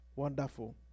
Wonderful